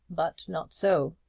but not so!